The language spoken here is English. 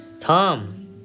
Tom